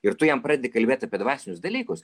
ir tu jam pradedi kalbėt apie dvasinius dalykus